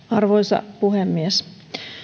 arvoisa puhemies